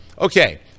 Okay